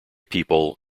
people